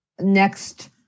next